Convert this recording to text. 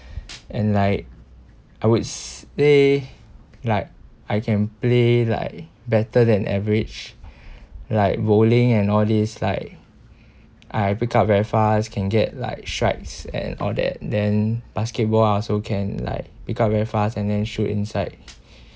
and like I would say like I can play like better than average like bowling and all these like I pick up very fast can get like strikes and all that then basketball I also can like pick up very fast and then shoot inside